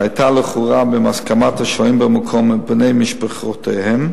ושהיתה לכאורה בהסכמת השוהים במקום ובני משפחותיהם,